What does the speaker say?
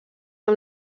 amb